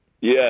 yes